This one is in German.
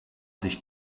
sich